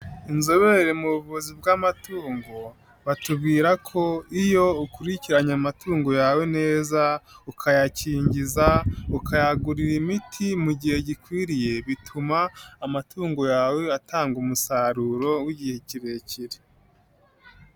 Inzobere mu buvuzi bw'amatungo batubwira ko iyo ukurikiranye amatungo yawe neza, ukayakingiza, ukayagurira imiti mu gihe gikwiriye bituma amatungo yawe atanga umusaruro w'igihe kirekire.